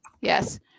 Yes